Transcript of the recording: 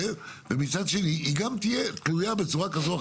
ומצד שני היא תהיה תלויה בצורה כזו או